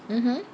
mmhmm